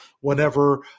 whenever